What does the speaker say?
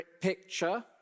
picture